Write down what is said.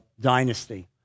dynasty